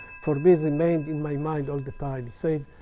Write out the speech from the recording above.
for me, has remained in my mind all the time. said,